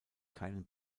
keinen